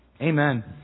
Amen